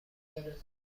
دارم